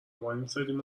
وایمیستادیم